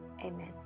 Amen